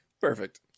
perfect